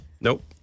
Nope